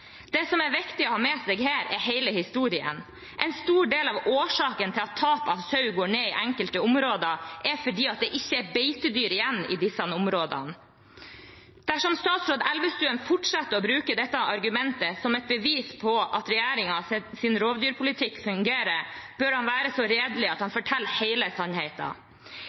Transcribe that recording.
Det som er viktig å ha med seg her, er hele historien. En stor del av årsaken til at tapet av sau går ned i enkelte områder, er at det ikke er beitedyr igjen i disse områdene. Dersom statsråd Elvestuen fortsetter å bruke dette argumentet som et bevis på at regjeringens rovdyrpolitikk fungerer, bør han være så redelig at han forteller hele